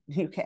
UK